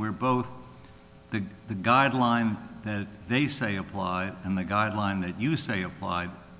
where both the the guard line they say apply and the guideline that you say you